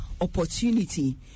opportunity